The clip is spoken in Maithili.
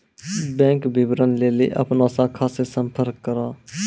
बैंक विबरण लेली अपनो शाखा से संपर्क करो